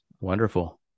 Wonderful